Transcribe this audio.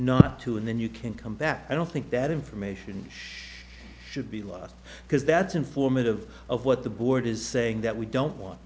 not to and then you can come back i don't think that information should be lost because that's informative of what the board is saying that we don't want